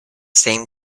same